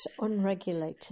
unregulated